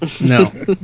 No